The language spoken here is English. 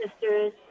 sisters